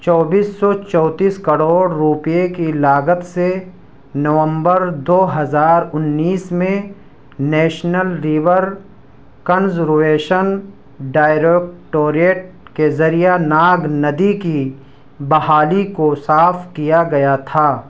چوبیس سو چوتیس کروڑ روپئے کی لاگت سے نومبر دو ہزار انیس میں نیشنل ریور کنزرویشن ڈائروکٹوریٹ کے ذریعہ ناگ ندی کی بحالی کو صاف کیا گیا تھا